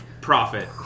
Profit